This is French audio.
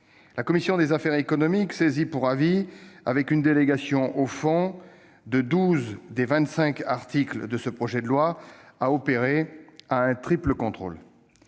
La commission des affaires économiques, saisie pour avis avec une délégation au fond de douze des vingt-cinq articles de ce projet de loi, a opéré un triple contrôle.